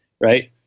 Right